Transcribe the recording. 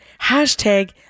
hashtag